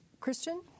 Christian